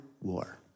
war